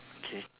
okay